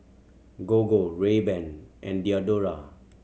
Gogo Rayban and Diadora